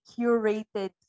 curated